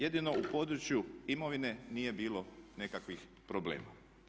Jedino u području imovine nije bilo nekakvih problema.